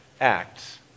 acts